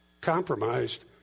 compromised